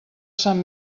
sant